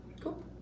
cool